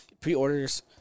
pre-orders